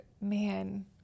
man